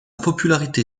popularité